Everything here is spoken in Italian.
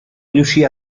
riuscì